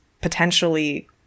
potentially